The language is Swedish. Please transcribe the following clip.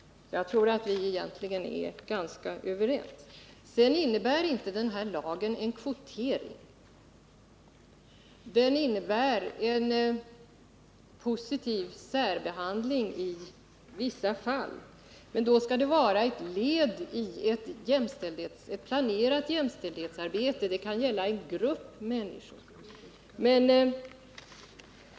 Jag tror att vi egentligen är ganska överens. Denna lag innebär inte en kvotering utan en positiv särbehandling i vissa fall. Då skall den vara ett led i ett planerat jämställdhetsarbete. Det kan gälla en grupp människor.